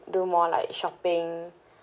do more like shopping